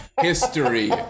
history